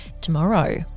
tomorrow